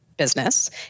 business